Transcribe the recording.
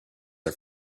are